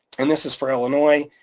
and this is for illinois,